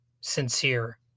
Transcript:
sincere